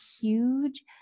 huge